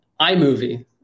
iMovie